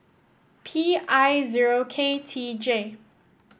P I zero K T J